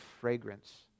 fragrance